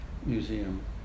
Museum